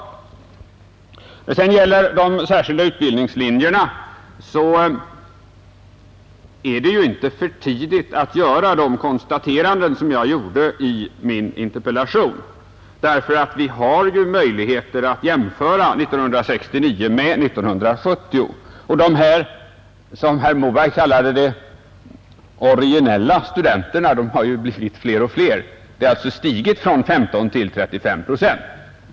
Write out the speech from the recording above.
När det sedan gäller de särskilda utbildningslinjerna är det inte för tidigt att göra de konstateranden som jag gjorde i min interpellation; vi har ju möjligheter att jämföra 1969 med 1970, och de ”originella studenterna”, som herr Moberg kallade dem, har ju blivit fler och fler. De har ökat från 15 till 35 procent.